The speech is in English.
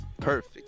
Perfect